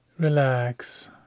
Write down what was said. Relax